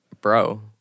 bro